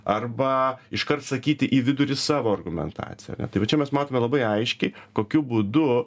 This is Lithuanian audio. arba iškart sakyti į vidurį savo argumentaciją tai vat čia mes matome labai aiškiai kokiu būdu